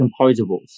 composables